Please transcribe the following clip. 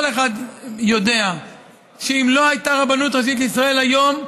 כל אחד יודע שאם לא הייתה רבנות ראשית לישראל היום,